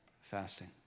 fasting